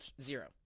zero